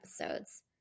episodes